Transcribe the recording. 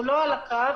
שהוא לא על הקו,